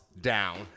down